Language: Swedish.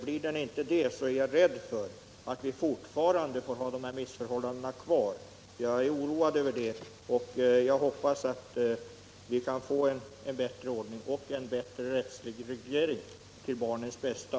Blir den inte det är jag rädd för att missförhållandena kommer att bestå. Jag hoppas att vi får en bättre ordning och en bättre rättslig reglering till barnets bästa.